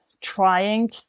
trying